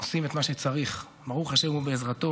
עושים את מה שצריך, ברוך השם ובעזרתו.